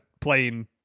playing